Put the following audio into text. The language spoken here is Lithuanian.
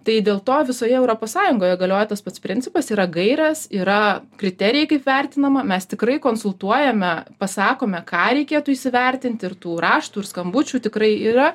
tai dėl to visoje europos sąjungoje galioja tas pats principas yra gairės yra kriterijai kaip vertinama mes tikrai konsultuojame pasakome ką reikėtų įsivertinti ir tų raštų ir skambučių tikrai yra